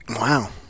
Wow